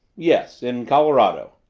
yes in colorado.